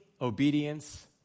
obedience